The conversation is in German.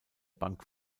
bank